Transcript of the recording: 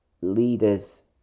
leaders